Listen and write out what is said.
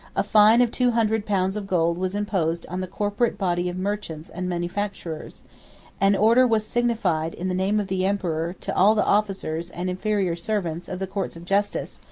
a fine of two hundred pounds of gold was imposed on the corporate body of merchants and manufacturers an order was signified, in the name of the emperor, to all the officers, and inferior servants, of the courts of justice,